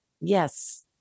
Yes